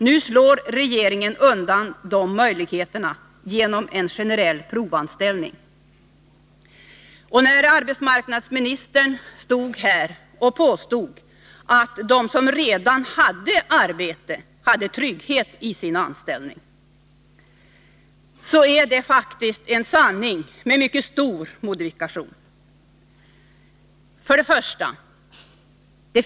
Nu slår regeringen undan de möjligheterna genom en generell rätt till provanställning. Arbetsmarknadsministern stod här och påstod att de som redan hade arbete hade trygghet i sin anställning. Det är faktiskt en sanning med mycket stor modifikation.